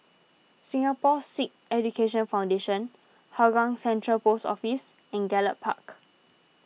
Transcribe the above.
Singapore Sikh Education Foundation Hougang Central Post Office and Gallop Park